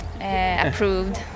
approved